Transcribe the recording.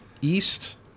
East